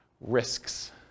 Risks